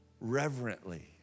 reverently